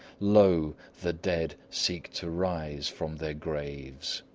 lo! the dead seek to rise from their graves.